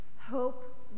Hope